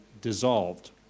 dissolved